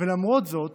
ולמרות זאת,